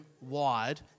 wide